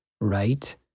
right